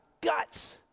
guts